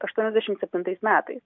aštuoniasdešimt septintais metais